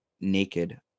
naked